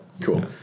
Cool